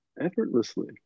effortlessly